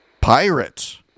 Pirates